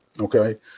okay